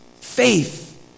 Faith